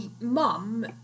mum